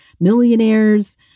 millionaires